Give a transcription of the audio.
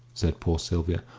said poor sylvia.